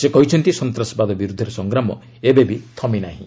ସେ କହିଛନ୍ତି ସନ୍ତାସବାଦ ବିରୁଦ୍ଧରେ ସଂଗ୍ରାମ ଏବେବି ଥମି ନାହିଁ